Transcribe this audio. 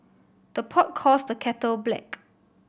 the pot calls the kettle black